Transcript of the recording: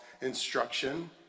instruction